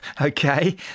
okay